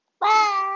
Bye